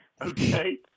Okay